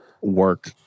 work